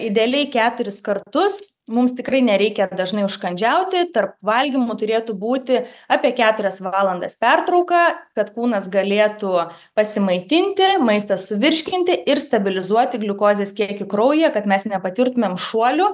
idealiai keturis kartus mums tikrai nereikia dažnai užkandžiauti tarp valgymų turėtų būti apie keturias valandas pertrauka kad kūnas galėtų pasimaitinti maistą suvirškinti ir stabilizuoti gliukozės kiekį kraujyje kad mes nepatirtumėm šuolių